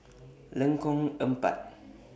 Lengkong Empat